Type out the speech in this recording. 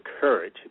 courage